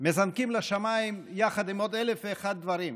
מזנקים לשמיים יחד עם עוד אלף ואחד דברים.